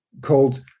called